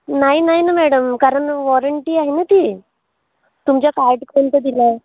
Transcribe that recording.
नाही नाही ना मॅडम कारण वॉरंटी आहे ना ती तुमच्या कार्ड कोणतं दिलं आहे